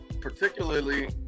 particularly